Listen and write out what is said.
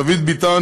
דוד ביטן,